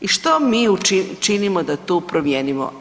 I što mi činimo da tu promijenimo?